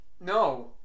No